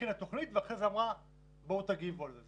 הכינה תוכנית ואחר כך אמרה בואו תגיבו על זה.